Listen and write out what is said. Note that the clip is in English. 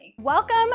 Welcome